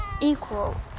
equal